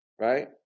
right